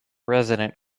resident